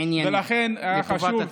ענייני, ענייני, לטובת הציבור.